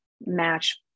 match